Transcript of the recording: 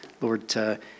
Lord